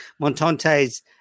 montante's